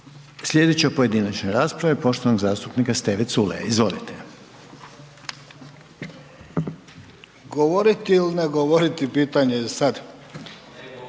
Slijedeća pojedinačna rasprava poštovanog zastupnika Steve Culeja, izvolite. **Culej, Stevo (HDZ)** Govoriti il ne govoriti pitanje je sad.